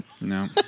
No